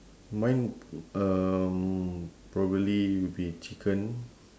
mine um probably would be chicken